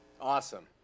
awesome